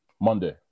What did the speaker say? Monday